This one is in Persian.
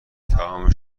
تمام